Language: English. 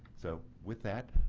so with that,